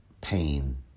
pain